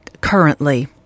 currently